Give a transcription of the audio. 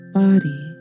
body